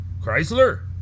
Chrysler